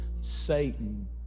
Satan